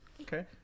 Okay